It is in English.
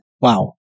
Wow